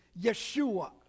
Yeshua